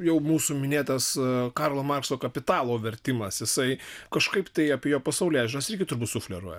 jau mūsų minėtas karlo markso kapitalo vertimas jisai kažkaip tai apie jo pasaulėžiūras irgi turbūt sufleruoja